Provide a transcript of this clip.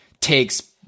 takes